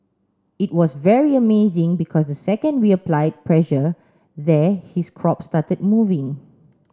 it was very amazing because the second we applied pressure there his crop started moving